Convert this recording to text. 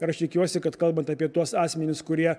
ir aš tikiuosi kad kalbant apie tuos asmenis kurie